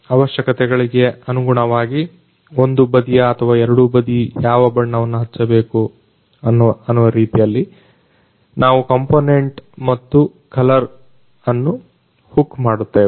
ಅವಶ್ಯಕತೆಗಳಿಗೆ ಅನುಗುಣವಾಗಿ ಒಂದು ಬದಿಯ ಅಥವಾ ಎರಡು ಬದಿ ಯಾವ ಬಣ್ಣವನ್ನು ಹಚ್ಚಬೇಕು ನಾವು ಕಂಪೋನೆಂಟ್ ಮತ್ತು ಕಲರ್ ಅನ್ನು ಹುಕ್ ಮಾಡುತ್ತೇವೆ